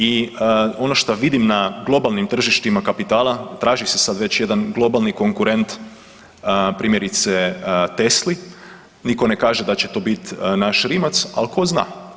I ono što vidim na globalnim tržištima kapitala traži se sad već jedan globalni konkurent primjerice Tesli, niko ne kaže da će to biti naš Rimac, ali ko zna.